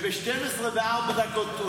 וב-12:04,